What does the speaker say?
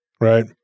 right